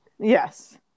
Yes